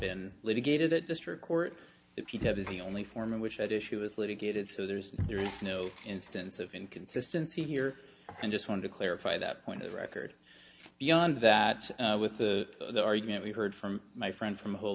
been litigated at district court if you have is the only form in which that issue is litigated so there's there's no instance of inconsistency here and just wanted to clarify that point the record beyond that with the argument we heard from my friend from whole